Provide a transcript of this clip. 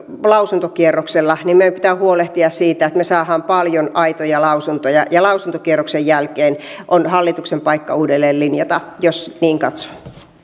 lausuntokierroksella niin meidän pitää huolehtia siitä että me saamme paljon aitoja lausuntoja ja lausuntokierroksen jälkeen on hallituksen paikka uudelleen linjata jos niin katsoo